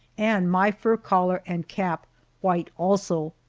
and my fur collar and cap white also.